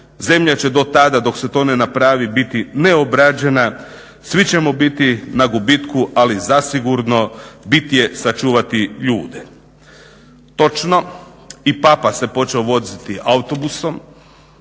zemlja će do tada dok se to ne napravi biti neobrađena, svi ćemo biti na gubitku ali zasigurno bit je sačuvati ljude. Točno, i papa se počeo voziti autobusom,